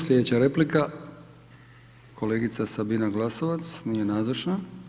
Sljedeća replika, kolegice Sabina Glasovac, nije nazočna.